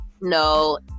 No